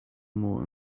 more